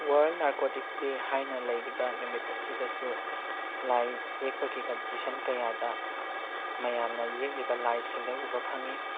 world narcotics day ꯍꯥꯏꯅ ꯂꯩꯔꯤꯕ ꯅꯨꯃꯤꯠ ꯑꯁꯤꯗꯁꯨ ꯂꯥꯏ ꯌꯦꯛꯄꯒꯤ ꯀꯝꯄꯤꯇꯤꯁꯟ ꯀꯌꯥꯗ ꯃꯌꯥꯝꯅ ꯌꯦꯛꯂꯤꯕ ꯂꯥꯏꯁꯤꯡꯗ ꯎꯕ ꯐꯪꯏ